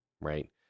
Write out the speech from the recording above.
right